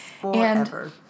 forever